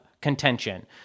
contention